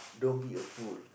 don't be a fool